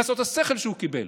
חסרות השכל שהוא קיבל.